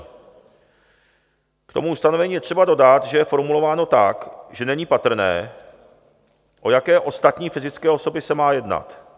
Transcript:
K tomu ustanovení je třeba dodat, že je formulováno tak, že není patrné, o jaké ostatní fyzické osoby se má jednat.